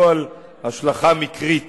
לא על השלכה מקרית